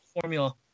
Formula